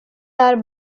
are